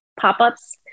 pop-ups